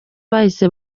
bahise